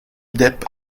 depp